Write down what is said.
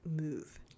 move